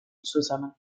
zusammen